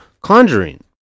Conjuring